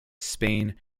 spain